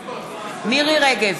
מירי רגב,